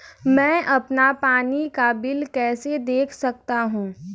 मैं अपना पानी का बिल कैसे देख सकता हूँ?